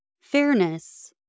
Fairness